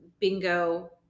bingo